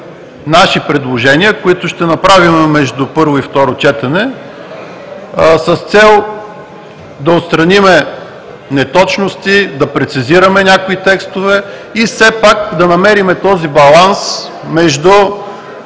наши предложения, които ще направим между първо и второ четене, с цел да отстраним неточности, да прецизираме някои текстове – все пак, да намерим този баланс между